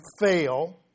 fail